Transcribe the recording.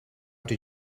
did